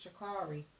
Shakari